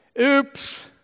Oops